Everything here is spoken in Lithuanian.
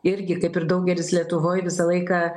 irgi kaip ir daugelis lietuvoj visą laiką